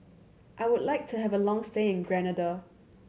I would like to have a long stay in Grenada